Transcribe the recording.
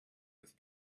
with